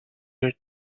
your